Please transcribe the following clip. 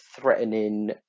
threatening